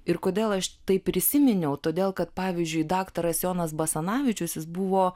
ir kodėl aš tai prisiminiau todėl kad pavyzdžiui daktaras jonas basanavičius jis buvo